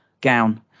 gown